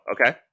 okay